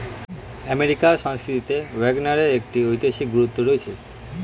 আমেরিকার সংস্কৃতিতে ওয়াগনের একটি ঐতিহাসিক গুরুত্ব রয়েছে